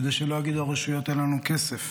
כדי שלא יגידו הרשויות: אין לנו כסף.